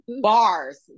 bars